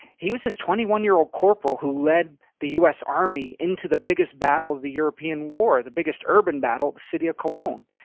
he was this twenty one year old corporal who led the u s. army into the biggest battle of the european war. the biggest urban battle, the city of cologne.